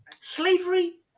slavery